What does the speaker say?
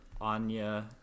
Anya